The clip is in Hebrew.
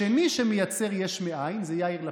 השני שמייצר יש מאין זה יאיר לפיד,